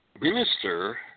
Minister